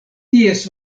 ties